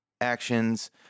actions